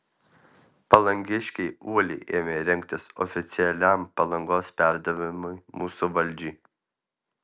palangiškiai uoliai ėmė rengtis oficialiam palangos perdavimui mūsų valdžiai